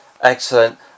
Excellent